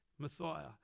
messiah